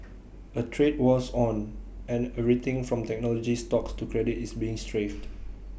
A trade war's on and everything from technology stocks to credit is being strafed